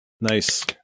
Nice